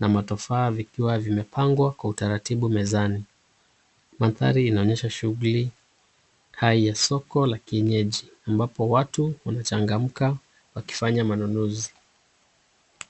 na matofaa vikiwa vimepangwa kwa utaratibu mezani. Mandhari inaonyesha shughuli ka ya soko la kienyeji ambapo watu wanachangamka wakifanya manunuzi.